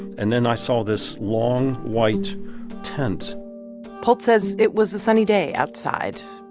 and then i saw this long, white tent pultz says it was a sunny day outside,